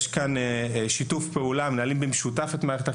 יש כאן שיתוף פעולה; מנהלים במשותף את מערכת החינוך.